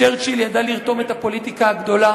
צ'רצ'יל ידע לרתום את הפוליטיקה הגדולה